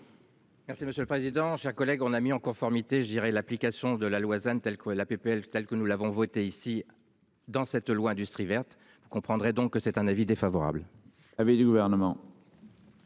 Merci monsieur le président, chers collègues. On a mis en conformité, je dirais l'application de la loi than quoi. La PPL telle que nous l'avons voté ici dans cette loi industrie verte vous comprendrez donc que c'est un avis défavorable